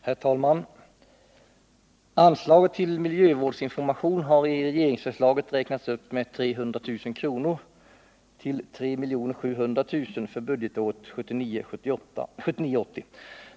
Herr talman! Anslaget till miljövårdsinformation har i regeringsförslaget räknats upp med 300 000 kr. till 3 700 000 kr. för budgetåret 1979/80.